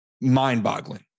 mind-boggling